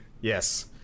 Yes